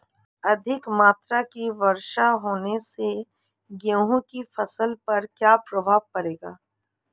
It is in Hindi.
अधिक मात्रा की वर्षा होने से गेहूँ की फसल पर क्या प्रभाव पड़ेगा?